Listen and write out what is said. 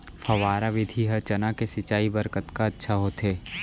फव्वारा विधि ह चना के सिंचाई बर कतका अच्छा होथे?